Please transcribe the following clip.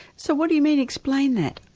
so what do you mean? explain that.